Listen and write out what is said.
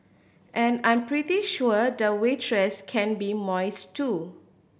and I'm pretty sure the waitress can be moist too